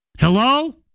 Hello